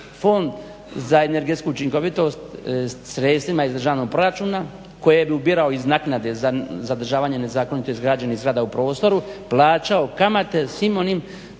Fond za energetsku učinkovitost sredstvima iz državnog proračuna koje bi ubirao iz naknade za zadržavanje nezakonito izgrađenih zgrada u prostoru plaćao kamate svim onim